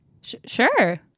Sure